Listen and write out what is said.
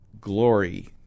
glory